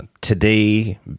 today